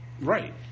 Right